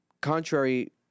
contrary